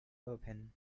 open